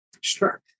Sure